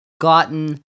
gotten